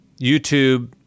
YouTube